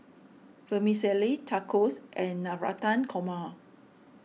Vermicelli Tacos and Navratan Korma